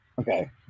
okay